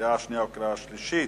התש"ע 2010,